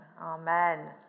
amen